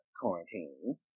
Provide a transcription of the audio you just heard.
quarantine